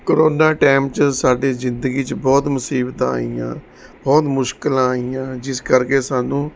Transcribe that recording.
corona time 'ਚ ਸਾਡੀ ਜ਼ਿੰਦਗੀ 'ਚ ਬਹੁਤ ਮੁਸੀਬਤਾਂ ਆਈਆਂ ਬਹੁਤ ਮੁਸ਼ਕਲਾਂ ਆਈਆਂ ਜਿਸ ਕਰਕੇ ਸਾਨੂੰ